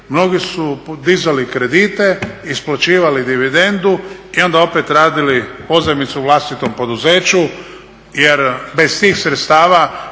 mnogi su dizali kredite, isplaćivali dividendu i onda opet radili pozajmicu vlastitom poduzeću jer bez tih sredstava